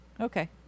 Okay